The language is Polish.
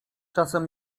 czasem